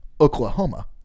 Oklahoma